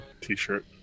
t-shirt